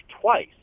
twice